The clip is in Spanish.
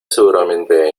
seguramente